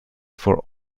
for